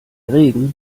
regen